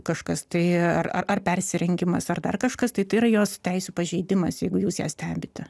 kažkas tai ar ar persirengimas ar dar kažkas tai tai yra jos teisių pažeidimas jeigu jūs ją stebite